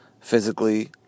physically